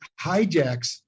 hijacks